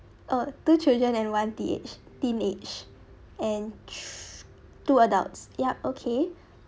oh the children and one teenage teenage and thr~ two adults ya okay